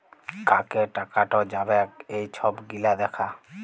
কাকে টাকাট যাবেক এই ছব গিলা দ্যাখা